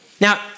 Now